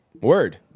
word